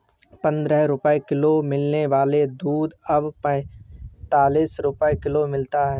पंद्रह रुपए किलो मिलने वाला दूध अब पैंतालीस रुपए किलो मिलता है